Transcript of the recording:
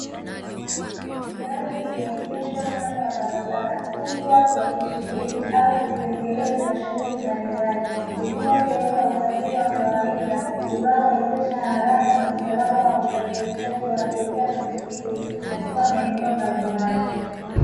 Gari limeegeshwa kando ya barabara huku watu wakisubiri au kutekeleza shughuli mbalimbali, ikiwa sehemu ya usafiri wa kawaida unaowezesha haraka na usalama wa usafirishaji wa abiria na mizigo katika maeneo mbalimbali.